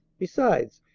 besides,